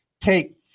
take –